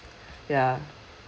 ya